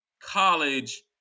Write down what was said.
college